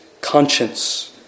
conscience